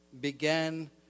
began